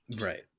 Right